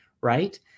right